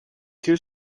queue